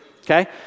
okay